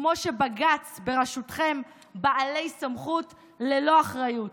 כמו שבג"ץ בראשותכם בעלי סמכות ללא אחריות.